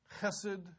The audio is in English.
chesed